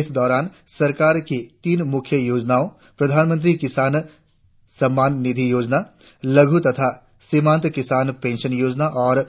इस दौरान सरकार की तीन मुख्य योजनाओं प्रधानमंत्री किसान सम्मान निधि योजना लघु तथा सीमांत किसान पेंशन योजना और